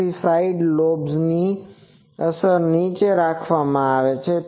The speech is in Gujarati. તેથી સાઇડ લોબ્સ ની અસર નીચે રાખવામાં આવશે